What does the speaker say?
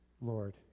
Lord